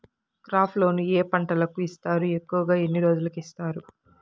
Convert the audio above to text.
crop loan ఏ పంటలకు ఇస్తారు ఎక్కువగా ఎన్ని రోజులకి ఇస్తారు